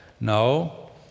No